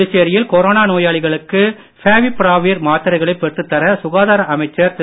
புதுச்சேரியில் கொரோனா நோயாளிகளுக்கு ஃபேவிபிராவிர் மாத்திரைகளைப் பெற்றுத் தர சுகாதார அமைச்சர் திரு